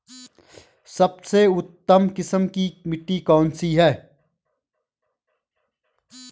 सबसे उत्तम किस्म की मिट्टी कौन सी है?